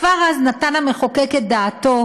כבר אז נתן המחוקק את דעתו,